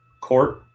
court